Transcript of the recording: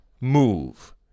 move